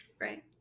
right